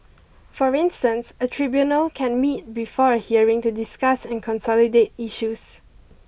for instance a tribunal can meet before a hearing to discuss and consolidate issues